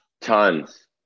Tons